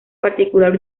particular